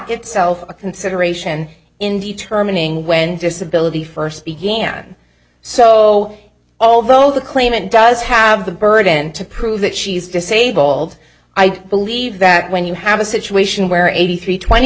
itself a consideration in determining when disability first began so although the claimant does have the burden to prove that she is disabled i don't believe that when you have a situation where eighty three twenty